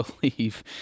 believe